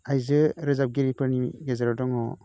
आयजो रोजाबगिरिफोरनि गेजेराव दङ